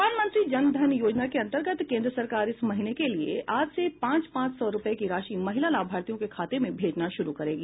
प्रधानमंत्री जन धन योजना के अन्तर्गत केन्द्र सरकार इस महीने के लिए आज से पांच पांच सौ रुपए की राशि महिला लाभार्थियों के खाते में भेजना शुरू करेगी